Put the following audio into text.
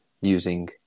using